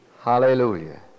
Hallelujah